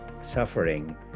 suffering